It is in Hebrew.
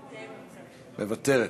מוותרת,